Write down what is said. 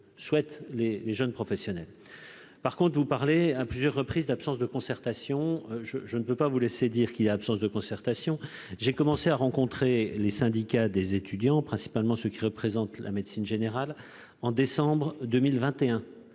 souhaitent les jeunes professionnels. En revanche, vous avez évoqué à plusieurs reprises une « absence de concertation ». Je ne peux pas vous laisser dire qu'il n'y a pas de concertation ! J'ai commencé à rencontrer les syndicats des étudiants, principalement ceux qui représentent la médecine générale, au mois de décembre 2021,